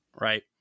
right